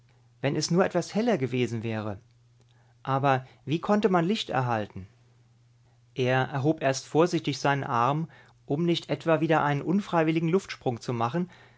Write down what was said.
wenn es nur etwas heller gewesen wäre aber wie konnte man licht erhalten er erhob erst vorsichtig seinen arm um nicht etwa wieder einen unfreiwilligen luftsprung zu machen